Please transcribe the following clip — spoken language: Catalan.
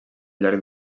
llarg